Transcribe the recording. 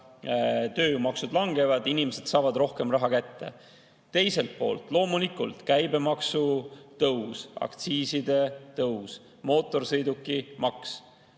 tööjõumaksud langevad, inimesed saavad rohkem raha kätte. Teiselt poolt loomulikult, käibemaksu tõus, aktsiiside tõus, mootorsõidukimaks